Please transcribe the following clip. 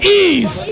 ease